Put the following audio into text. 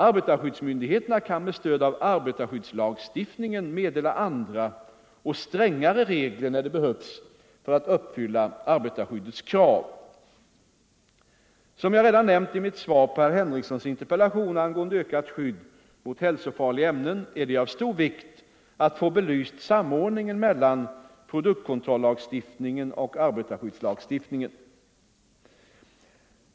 Arbetarskyddsmyndigheterna kan med stöd av arbetarskyddslagstiftningen meddela andra och strängare regler när det behövs för att uppfylla arbetarskyddets krav. Som jag redan nämnt i mitt svar på herr Henriksons interpellation angående ökat skydd mot hälsofarliga ämnen är det av stor vikt att få belyst samordningen mellan produktkontrollagstiftningen och arbetarskyddslagstiftningen.